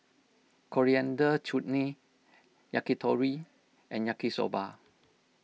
Coriander Chutney Yakitori and Yaki Soba